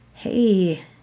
hey